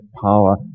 power